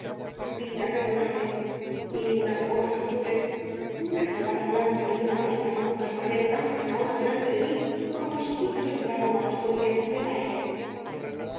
vida perdurable y unas botas azules una corbata blanca y una varita con un cascabel danzan ahora delante de mí como si yo fuese dado á las futilezas del baile el